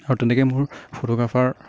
আৰু তেনেকে মোৰ ফটোগ্ৰাফাৰ